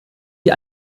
die